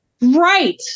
Right